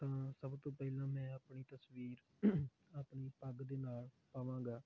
ਤਾਂ ਸਭ ਤੋਂ ਪਹਿਲਾਂ ਮੈਂ ਆਪਣੀ ਤਸਵੀਰ ਆਪਣੀ ਪੱਗ ਦੇ ਨਾਲ ਪਾਵਾਂਗਾ